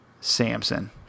Samson